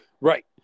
Right